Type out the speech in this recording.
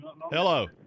Hello